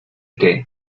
que